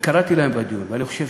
וקראתי להם בדיון, ואני חושב